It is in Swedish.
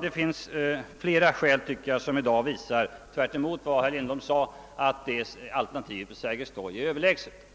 Det finns flera skäl som i dag visar — tvärtemot vad herr Lindholm sade — att Sergels torg-alternativet är överlägset.